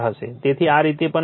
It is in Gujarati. તેથી આ રીતે પણ લખી શકો છો